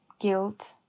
guilt